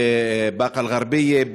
בבאקה-אלע'רביה,